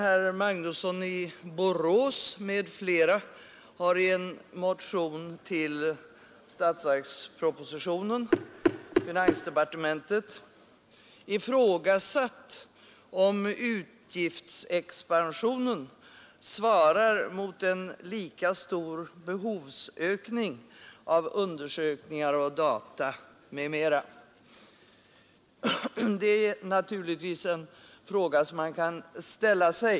Herr Magnusson i Borås m.fl. har i en motion till statsverkspropositionen, finansdepartementet, ifrågasatt om utgiftexpansionen svarar mot en lika stor behovsökning när det gäller undersökningar, data m.m. Det är naturligtvis en fråga som man kan ställa.